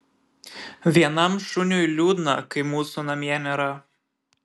vienam šuniui liūdna kai mūsų namie nėra